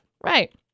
Right